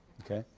okay?